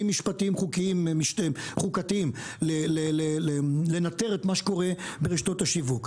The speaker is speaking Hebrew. משפטיים חוקתיים לנטר את מה שקרוה ברשתות השיווק,